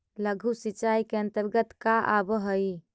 लघु सिंचाई के अंतर्गत का आव हइ?